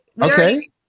Okay